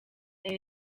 and